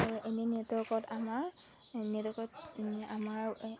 এনেই নেটৱৰ্কত আমাৰ নেটৱৰ্কত আমাৰ